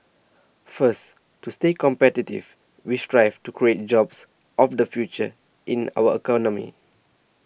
first to stay competitive we strive to create jobs of the future in our economy